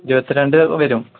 ഇരുപത്തി രണ്ട് വരും